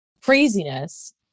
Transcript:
craziness